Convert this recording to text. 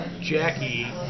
Jackie